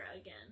again